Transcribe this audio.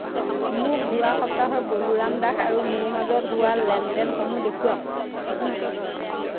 মোক যোৱা সপ্তাহৰ বলোৰাম দাস আৰু মোৰ মাজত হোৱা লেনদেনসমূহ দেখুৱাওক